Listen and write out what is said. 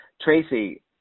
Tracy